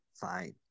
fine